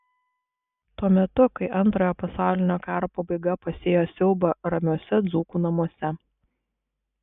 tuo metu kai antrojo pasaulinio karo pabaiga pasėjo siaubą ramiuose dzūkų namuose